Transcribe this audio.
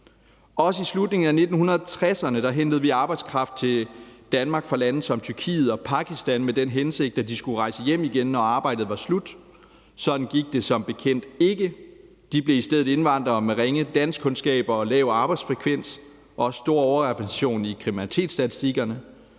Også i slutningen af 1960'erne hentede vi arbejdskraft til Danmark fra lande som Tyrkiet og Pakistan med den hensigt, at de skulle rejse hjem igen, når arbejdet var slut. Sådan gik det som bekendt ikke. De blev i stedet indvandrere med ringe danskkundskaber, lav arbejdsfrekvens og en stor overrepræsentation i kriminalitetsstatistikkerne.